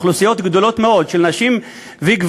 אוכלוסיות גדולות מאוד של נשים וגברים,